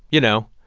you know,